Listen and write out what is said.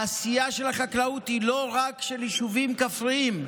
העשייה של החקלאות היא לא רק של יישובים כפריים,